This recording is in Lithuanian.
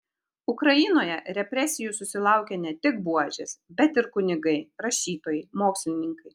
ukrainoje represijų susilaukė ne tik buožės bet ir kunigai rašytojai mokslininkai